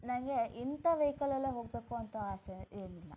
ನನಗೆ ಇಂಥ ವೆಹಿಕಲಲ್ಲೇ ಹೋಗಬೇಕು ಅಂತ ಆಸೆ ಏನಿಲ್ಲ